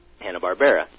Hanna-Barbera